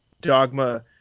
dogma